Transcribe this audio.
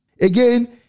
Again